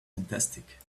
fantastic